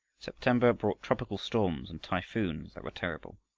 september brought tropical storms and typhoons that were terrible,